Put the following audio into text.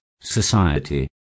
society